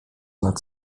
nad